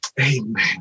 Amen